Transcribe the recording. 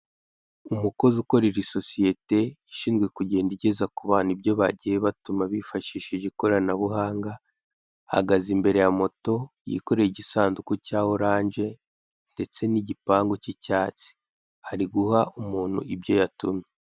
Umukozi ukorera isosiyete ishinzwe kugenda igeza ku bantu ibyo bagiye batuma bifashishije ikoranabuhanga, ahagaze imbere ya moto yikoreye igisanduku cya orange ndetse n'igipangu cy'icyatsi, ari guha umuntu ibyo yatumye.